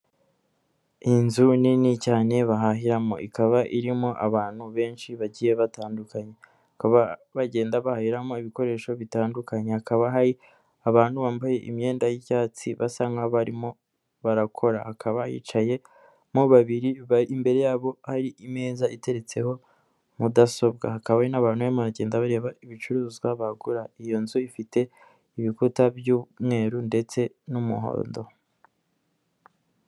Iyi nzu nini cyane bahahiramo ikaba irimo abantu benshi bagiye batandukanye bakaba bagenda bahahiramo ibikoresho bitandukanye, hakaba hari abantu bambaye imyenda y'icyatsi basa nkaho barimo barakora hakaba hicayemo babiri imbere yabo hari imeza iteretseho mudasobwa hakaba hari n'abantu barimo baragenda bareba ibicuruzwa bagura, iyo nzu ifite ibikuta by'umweru ndetse n'umuhondo.